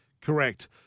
correct